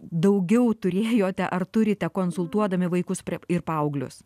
daugiau turėjote ar turite konsultuodami vaikus ir paauglius